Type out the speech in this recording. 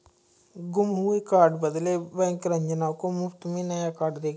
गुम हुए कार्ड के बदले बैंक रंजना को मुफ्त में नया कार्ड देगी